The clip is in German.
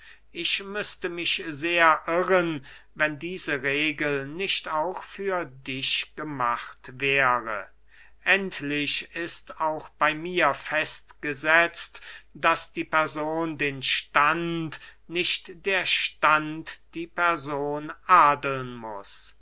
ich müßte mich sehr irren wenn diese regel nicht auch für dich gemacht wäre endlich ist auch bey mir festgesetzt daß die person den stand nicht der stand die person adeln muß